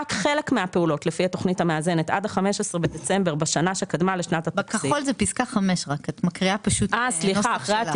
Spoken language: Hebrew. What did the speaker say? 7. בכחול זאת פסקה (5) את מקריאה פשוט את הנוסח שלנו.